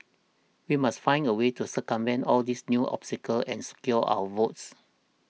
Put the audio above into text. we must find a way to circumvent all these new obstacles and secure our votes